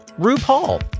RuPaul